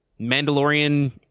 Mandalorian